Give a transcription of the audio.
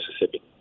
Mississippi